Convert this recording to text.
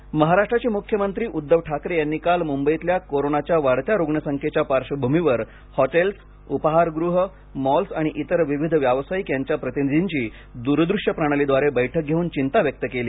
ठाकरे बैठक महाराष्ट्राचे मुख्यमंत्री उद्धव ठाकरे यांनी काल मुंबईतल्या कोरोनाच्या वाढत्या रुग्णसंख्येच्या पार्श्वभूमीवर हॉटेल्स उपाहारगृह मॉल्स आणि इतर विविध व्यावसायिक यांच्या प्रतिनिधींची दूरदृश्य प्रणालीद्वारे बैठक घेवून चिंता व्यक्त केली